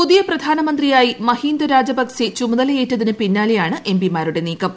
പുതിയ പ്രധാനമന്ത്രിയായി മഹീന്ദ രാജപക്സെ ചുമതല ഏറ്റതിന് പിന്നാലെയാണ് എം പിമാരുടെ നീക്കം